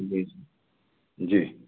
जी जी